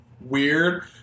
weird